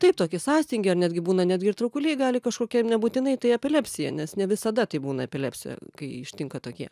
taip tokį sąstingį ar netgi būna netgi ir traukuliai gali kažkokie ir nebūtinai tai epilepsija nes ne visada tai būna epilepsija kai ištinka tokie